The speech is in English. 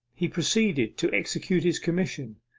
he proceeded to execute his commission.